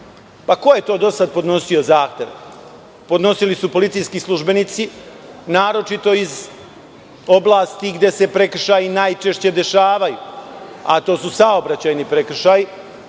je to do sada podnosio zahtev? Podnosili su policijski službenici, naročito iz oblasti gde se prekršaji najčešće dešavaju, a to su saobraćajni prekršaji,